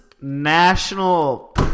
National